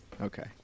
Okay